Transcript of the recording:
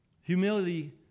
Humility